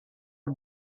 not